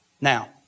Now